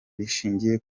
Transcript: rishingiye